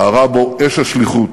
בערה בו אש השליחות,